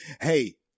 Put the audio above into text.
Hey